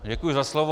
Děkuji za slovo.